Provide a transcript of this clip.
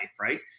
Right